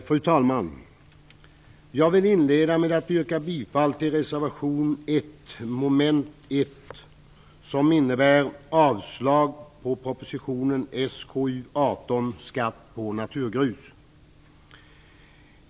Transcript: Fru talman! Jag vill inleda med att yrka bifall till reservation 1 mom. 1, som innebär avslag på hemställan i SkU18 vad gäller skatt på naturgrus.